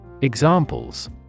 Examples